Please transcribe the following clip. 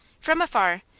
from afar,